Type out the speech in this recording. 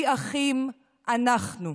כי אחים אנחנו.